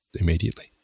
immediately